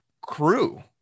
crew